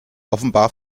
offenbar